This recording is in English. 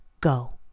Go